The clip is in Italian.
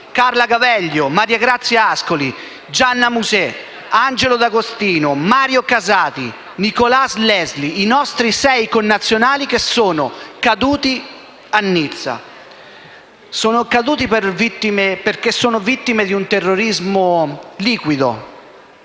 Carla Gaveglio, Maria Grazia Ascoli, Gianna Muset, Angelo D'Agostino, Mario Casati, Nicolas Leslie. I nostri sei connazionali sono caduti a Nizza perché vittime di un terrorismo liquido,